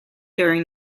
during